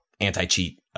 anti-cheat